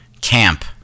camp